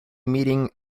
meeting